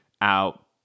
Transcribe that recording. out